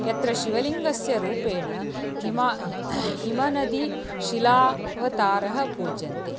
यत्र शिवलिङ्गस्य रूपेण हिमा हिमनदी शिलावतारः पूज्यन्ते